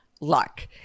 luck